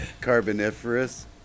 Carboniferous